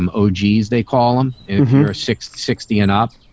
um oh, jeez. they call him sixty sixty and up.